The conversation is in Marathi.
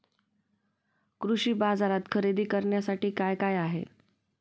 कृषी बाजारात खरेदी करण्यासाठी काय काय आहे?